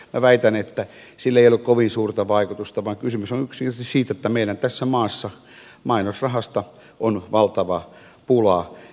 minä väitän että sillä ei ole kovin suurta vaikutusta vaan kysymys on yksinkertaisesti siitä että meillä tässä maassa mainosrahasta on valtava pula